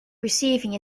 receiving